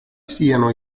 siano